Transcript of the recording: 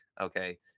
Okay